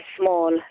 small